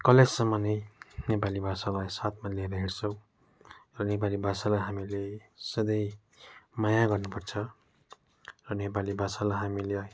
कलेजसम्म नै नेपाली भाषालाई साथमा लिएर हिँड्छौँ र नेपाली भाषालाई हामीले सधैँ माया गर्नु पर्छ र नेपाली भाषालाई हामीले